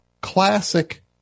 classic